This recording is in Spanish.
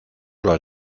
los